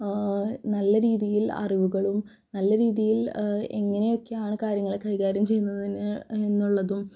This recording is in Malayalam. നല്ല രീതിയിൽ അറിവുകളും നല്ല രീതിയിൽ എങ്ങനെയൊക്കെയാണ് കാര്യങ്ങളെ കൈകാര്യം ചെയ്യുന്നതിന് എന്നുള്ളതും